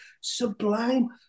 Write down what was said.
Sublime